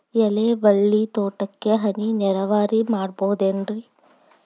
ಎಲೆಬಳ್ಳಿ ತೋಟಕ್ಕೆ ಹನಿ ನೇರಾವರಿ ಮಾಡಬಹುದೇನ್ ರಿ?